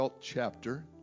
chapter